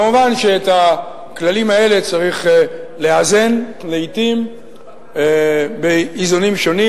מובן שאת הכללים האלה צריך לאזן לעתים באיזונים שונים.